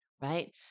right